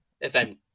event